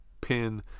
pin